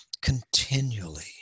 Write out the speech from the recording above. continually